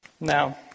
Now